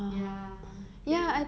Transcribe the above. ya then